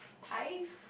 Thai